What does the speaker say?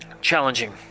challenging